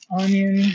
onion